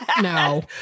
No